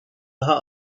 daha